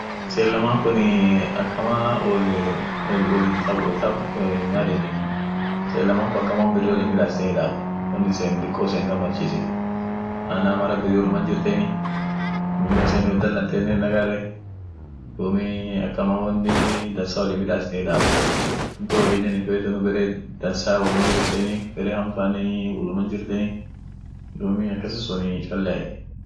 Chirenii ada ishian biria ta diniat jira iyo ta ishiat jiraa taa waaria faa ta diniani ishin roman catholic dumii akii asilimia kudeni shan kaantii kiristian protestant dumii taa birinii ishini won ishin kajirtu mambo universitiatif iyo shulene lila somti. muzikiaf iyo sirbine iyo tabinen boli faa rodea skyringi safingi sagale ishianeni sagale bahati nyati iyo chemponeni lila dudie iyo matundane hinyat